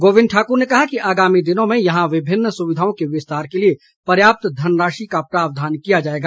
गोविंद ठाकुर ने कहा कि आगामी दिनों में यहां विभिन्न सुविधाओं के विस्तार के लिए पर्याप्त धनराशि का प्रावधान किया जाएगा